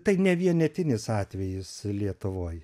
tai ne vienetinis atvejis lietuvoj